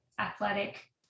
athletic